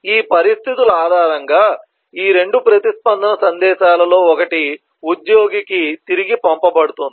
ఈ పరిస్థితుల ఆధారంగా ఈ 2 ప్రతిస్పందన సందేశాలలో ఒకటి ఉద్యోగికి తిరిగి పంపబడుతుంది